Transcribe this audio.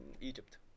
egypt